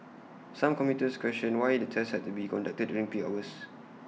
some commuters questioned why the tests had to be conducted during peak hours